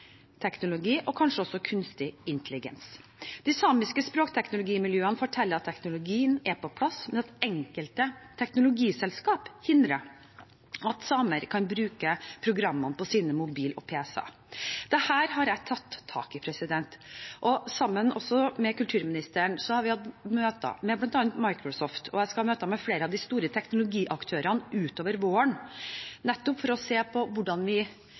og kanskje også kunstig intelligens. De samiske språkteknologimiljøene forteller at teknologien er på plass, men at enkelte teknologiselskaper hindrer at samer kan bruke programmene på sine mobiler og pc-er. Dette har jeg tatt tak i. Sammen med kulturministeren har jeg hatt møter med bl.a. Microsoft, og jeg skal ha møter med flere av de store teknologiaktørene utover våren nettopp for å se på hvordan